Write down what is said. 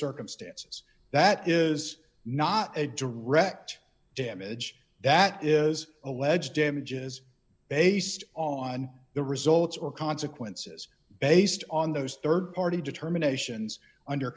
circumstances that is not a direct damage that is alleged damages based on the results or consequences based on those rd party determinations under